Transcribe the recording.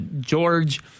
George